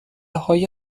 های